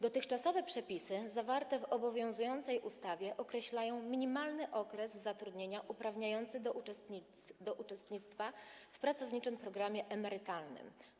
Dotychczasowe przepisy zawarte w obowiązującej ustawie określają minimalny okres zatrudnienia uprawniający do uczestnictwa w pracowniczym programie emerytalnym.